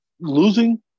losing